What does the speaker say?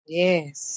yes